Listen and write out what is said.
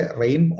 rain